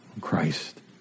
Christ